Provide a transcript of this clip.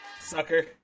Sucker